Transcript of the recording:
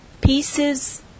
pieces